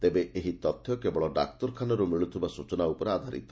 ତେବେ ଏହି ତଥ୍ୟ କେବଳ ଡାକ୍ତରଖାନାର୍ ମିଳୁଥିବା ସୂଚନା ଉପରେ ଆଧାରିତ